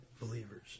believers